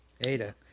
Ada